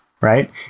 right